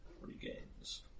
regains